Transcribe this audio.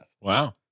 wow